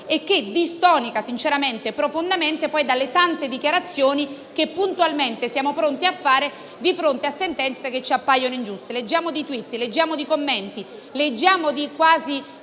contesto, avulsa dal merito e profondamente distonica dalle tante dichiarazioni che puntualmente siamo pronti a fare di fronte a sentenze che ci appaiono ingiuste.